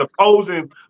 opposing